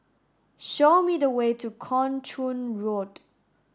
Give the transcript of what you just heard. show me the way to Kung Chong Road